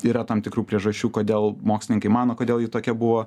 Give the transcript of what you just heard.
yra tam tikrų priežasčių kodėl mokslininkai mano kodėl ji tokia buvo